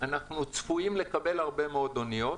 חודשים שאנחנו צפויים לקבל בהם הרבה מאוד אוניות,